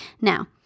Now